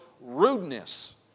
rudeness